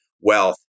wealth